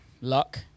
luck